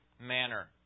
manner